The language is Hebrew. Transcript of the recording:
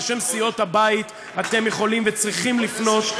בשם סיעות הבית אתם יכולים וצריכים לפנות,